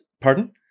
pardon